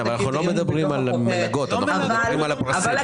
לא מדברים על מלגות אלא על הפרסים.